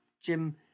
Jim